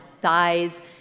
thighs